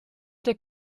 der